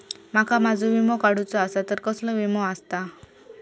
माका माझो विमा काडुचो असा तर कसलो विमा आस्ता?